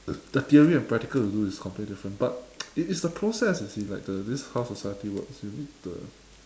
the theory and practical you do is completely different but it is the process you see like the this is how society works you need the